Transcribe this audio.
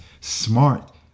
smart